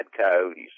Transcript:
coyotes